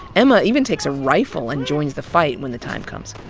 emma even takes a rifle and joins the fight when the time comes.